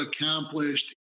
accomplished